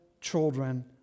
children